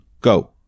go